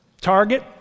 Target